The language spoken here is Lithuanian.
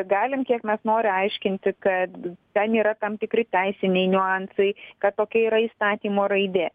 galim kiek mes nori aiškinti kad ten yra tam tikri teisiniai niuansai kad tokia yra įstatymo raidė